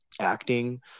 acting